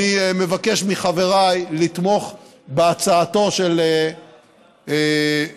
אני מבקש מחבריי לתמוך בהצעתו של חבר